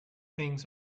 things